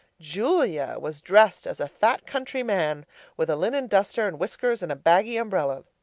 julia was dressed as a fat country man with a linen duster and whiskers and baggy umbrella.